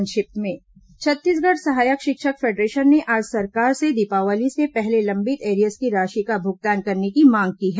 संक्षिप्त समाचार छत्तीसगढ़ सहायक शिक्षक फेडरेशन ने राज्य सरकार से दीपावली से पहले लंबित एरियर्स की राशि का भुगतान करने की मांग की है